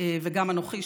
וגם אנוכי,